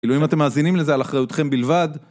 כאילו אם אתם מאזינים לזה על אחריותכם בלבד